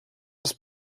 was